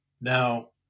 Now